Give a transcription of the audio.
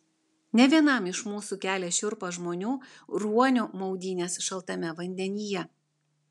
ne vienam iš mūsų kelia šiurpą žmonių ruonių maudynės šaltame vandenyje